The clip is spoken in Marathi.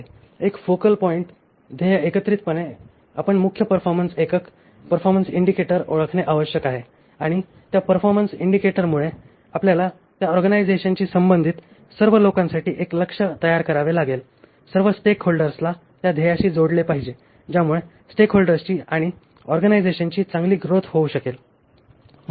एक फोकल पॉईंट ध्येय एकत्रितपणे आपण मुख्य परफॉरमन्स एकक परफॉर्मन्स इंडिकेटर ओळखणे आवश्यक आहे आणि त्या परफॉर्मन्स इंडिकेटरमुले आपल्याला त्या ऑर्गनायझेशनशी संबंधित सर्व लोकांसाठी एक लक्ष्य तयार करावे लागेल सर्व स्टेकहोल्डर्सला त्या ध्येयाशी जोडले पाहिजे ज्यामुळे स्टेकहोल्डर्सची आणि ऑर्गनायझेशनची चांगली ग्रोथ होऊ शकेल